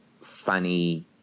funny